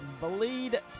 bleed